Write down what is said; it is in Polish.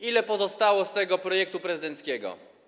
Ile pozostało z tego projektu prezydenckiego?